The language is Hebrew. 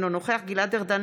אינו נוכח גלעד ארדן,